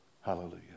Hallelujah